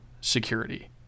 security